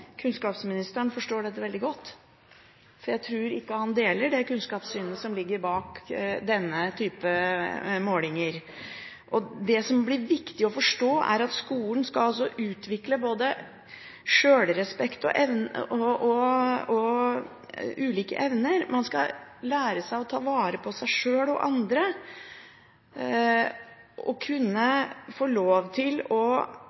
kunnskapsministeren forstår dette veldig godt, for jeg tror ikke han deler det kunnskapssynet som ligger bak denne typen målinger. Det som blir viktig å forstå, er at skolen skal utvikle både sjølrespekt og ulike evner. Man skal lære seg å ta vare på seg sjøl og andre og kunne få lov til å